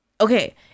okay